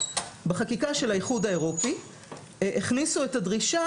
בחקיקה של האיחוד האירופי הכניסו הדרישה